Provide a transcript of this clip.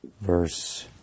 verse